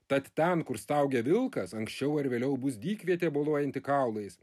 tad ten kur staugia vilkas anksčiau ar vėliau bus dykvietė boluojanti kaulais